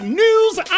news